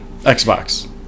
Xbox